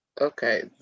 Okay